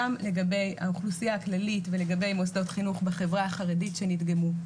גם לגבי האוכלוסייה הכללית ולגבי מוסדות חינוך בחברה הערבית שנדגמו.